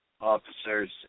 officers